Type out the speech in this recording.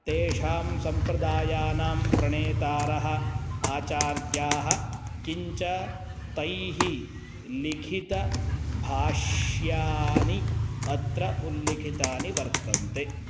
तेषां सम्प्रदायानां प्रणेतारः आचार्याः किञ्च तैः लिखितभाष्यानि अत्र उल्लिखितानि वर्तन्ते